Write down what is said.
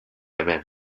hemen